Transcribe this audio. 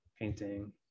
painting